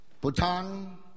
Bhutan